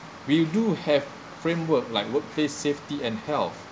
we do have framework like workplace safety and health